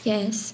Yes